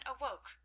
awoke